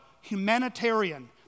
humanitarian